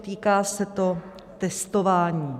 Týká se to testování.